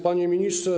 Panie Ministrze!